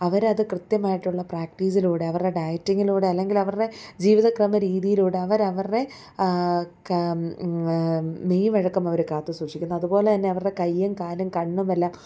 അവരത് കൃത്യമായിട്ടുള്ള പ്രാക്ടീസിലൂടെ അവരുടെ ഡയറ്റിങ്ങിലൂടെ അല്ലെങ്കിലവരുടെ ജീവിത ക്രമരീതിയിലൂടെ അവര് അവരുടെ മെയ്വഴക്കം അവര് കാത്ത് സൂക്ഷിക്കുന്നു അതുപോലെതന്നെ അവരുടെ കയ്യും കാലും കണ്ണുമെല്ലാം